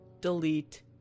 Delete